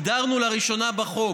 הגדרנו לראשונה בחוק,